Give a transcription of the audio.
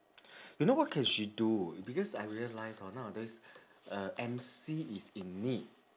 you know what can she do because I realise hor nowadays uh emcee is in need